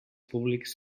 públics